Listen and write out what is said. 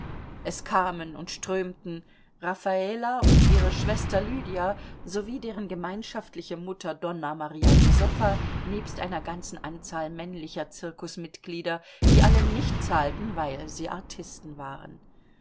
es kamen und strömten raffala und ihre schwester lydia sowie deren gemeinschaftliche mutter donna maria josefa nebst einer ganzen anzahl männlicher zirkusmitglieder die alle nicht zahlten weil sie artisten waren